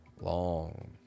long